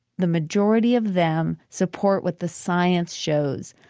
the majority of them, support what the science shows,